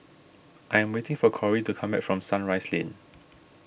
I am waiting for Korey to come back from Sunrise Lane